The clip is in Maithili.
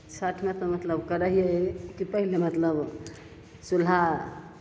छठिमे तऽ मतलब करै हिए कि पहिले मतलब चुल्हा